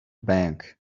bank